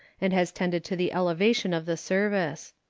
and has tended to the elevation of the service.